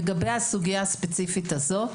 לגבי הסוגייה הספציפית הזאת,